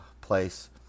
place